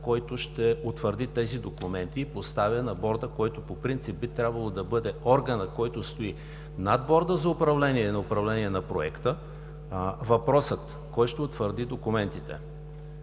който ще утвърди тези документи, и поставя на Борда, който по принцип би трябвало да бъде органът, който стои над Борда за управление на проекта, въпросът: кой ще утвърди документите?